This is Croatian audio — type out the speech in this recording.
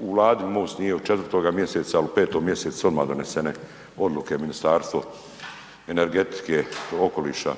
U Vladi MOST nije od 4. mjeseca al u 5. mjesecu su odmah donesene odluke Ministarstvo energetike, okoliša